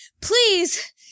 Please